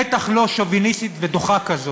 בטח לא שוביניסטית ודוחה כזאת,